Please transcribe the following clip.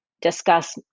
discuss